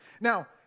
Now